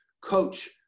coach